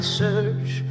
search